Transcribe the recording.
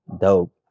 Dope